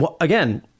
Again